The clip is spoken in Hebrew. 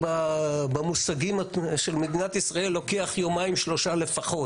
שבמושגים של מדינת ישראל לוקח יומיים-שלושה לפחות.